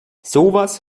sowas